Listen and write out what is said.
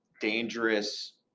dangerous